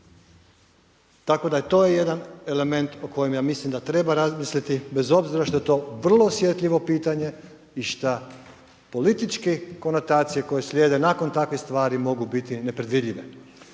Tako da je to jedan element o kojem, ja mislim, da treba razmisliti, bez obzira što je to vrlo osjetljivo pitanje i šta političke konotacije koje slijede nakon takvih stvari, mogu biti nepredvidljive.